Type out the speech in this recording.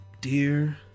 Dear